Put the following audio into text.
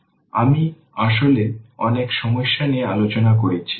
তাই আমি আসলে অনেক সমস্যা নিয়ে আলোচনা করেছি